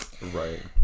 Right